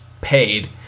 paid